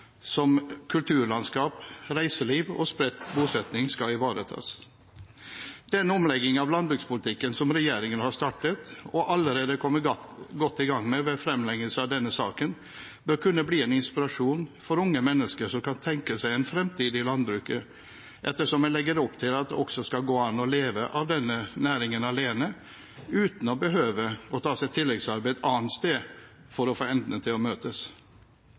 som kulturlandskap, reiseliv og spredt bosetting skal ivaretas. Den omleggingen av landbrukspolitikken som regjeringen har startet og allerede er kommet godt i gang med ved fremleggelse av denne saken, bør kunne bli en inspirasjon for unge mennesker som kan tenke seg en fremtid i landbruket, ettersom en legger opp til at det skal gå an å leve av denne næringen alene – uten å behøve å ta seg tilleggsarbeid annet sted for å få endene til å møtes.